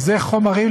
אלה חומרים,